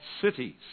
cities